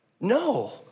No